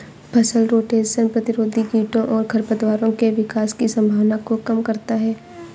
फसल रोटेशन प्रतिरोधी कीटों और खरपतवारों के विकास की संभावना को कम करता है